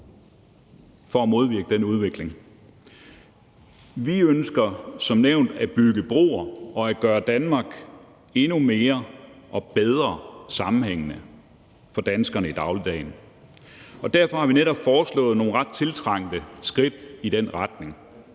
for at modvirke den udvikling. Vi ønsker som nævnt at bygge broer og gøre Danmark endnu mere og bedre sammenhængende for danskerne i dagligdagen, og derfor har vi netop foreslået nogle ret tiltrængte skridt i den retning.